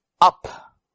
up